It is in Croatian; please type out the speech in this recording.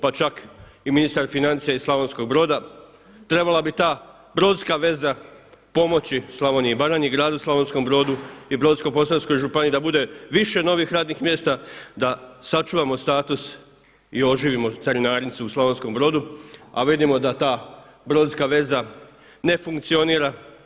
Pa čak i ministar financija iz Slavonskog broda, trebala bi ta brodska veza pomoći Slavoniji i Baranji, gradu Slavonskom brodu i Brodsko-posavskoj županiji da bude više novih radnih mjesta, da sačuvamo status i oživimo carinarnicu u Slavonskom Brodu a vidimo da ta brodska veza ne funkcionira.